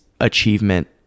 achievement